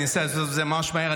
אני אנסה לעשות את זה ממש מהר,